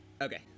Okay